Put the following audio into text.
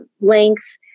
length